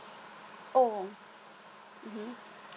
oh mm